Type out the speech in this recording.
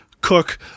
Cook